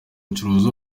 acuruza